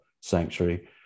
sanctuary